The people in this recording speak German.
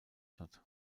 statt